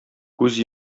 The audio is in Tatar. күз